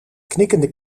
knikkende